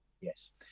Yes